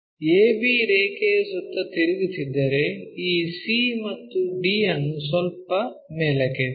A B ರೇಖೆಯ ಸುತ್ತ ತಿರುಗುತ್ತಿದ್ದರೆ ಈ C ಮತ್ತು D ಅನ್ನು ಸ್ವಲ್ಪ ಮೇಲಕ್ಕೆತ್ತಿ